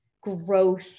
growth